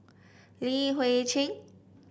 Li Hui Cheng